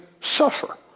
suffer